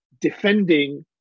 defending